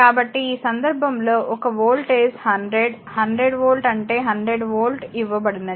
కాబట్టి ఈ సందర్భంలో ఒక వోల్టేజ్ 100 100 వోల్ట్ అంటే 100 వోల్ట్ ఇవ్వబడినది